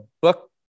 book